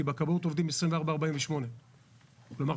כי בכבאות עובדים 24/48. כלומר,